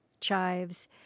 chives